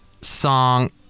song